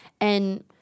And-